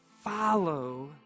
follow